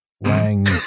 Lang